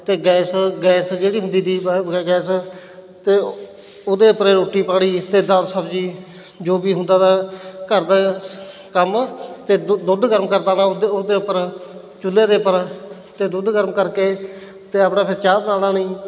ਅਤੇ gas gas ਜਿਹੜੀ ਹੁੰਦੀ ਤੀ ਬਾਇਓਗੈਸ ਅਤੇ ਉਹਦੇ ਉਪਰ ਰੋਟੀ ਪਾਣੀ ਅਤੇ ਦਾਲ ਸਬਜ਼ੀ ਜੋ ਵੀ ਹੁੰਦਾ ਤਾ ਘਰ ਦਾ ਕੰਮ ਅਤੇ ਦੁ ਦੁੱਧ ਗਰਮ ਕਰ ਦੇਣਾ ਉਹਦੇ ਉਹਦੇ ਉੱਪਰ ਚੁੱਲ੍ਹੇ ਦੇ ਉੱਪਰ ਅਤੇ ਦੁੱਧ ਗਰਮ ਕਰਕੇ ਅਤੇ ਆਪਣਾ ਫਿਰ ਚਾਹ ਬਣਾ ਲੈਣੀ